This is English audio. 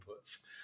inputs